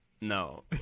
No